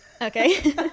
Okay